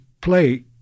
play